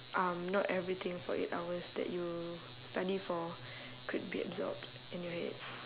um not everything for eight hours that you study for could be absorbed in your head